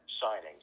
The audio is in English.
signing